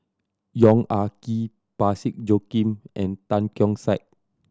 Yong Ah Kee Parsick Joaquim and Tan Keong Saik